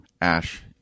ash